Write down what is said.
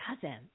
cousin